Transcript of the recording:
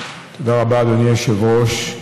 תודה רבה, אדוני היושב-ראש.